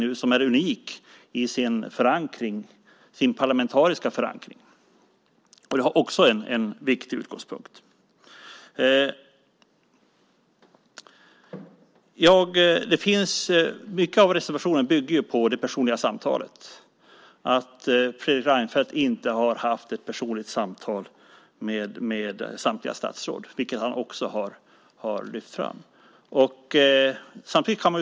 Vi har nu en regering som är unik i sin parlamentariska förankring. Det är också en viktig utgångspunkt. Många av reservationerna bygger på det faktum att Fredrik Reinfeldt inte har haft personliga samtal med samtliga statsråd. Det har han också lyft fram.